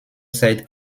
zeit